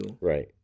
Right